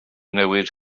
newid